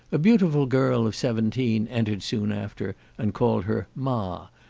a beautiful girl of seventeen entered soon after, and called her ma,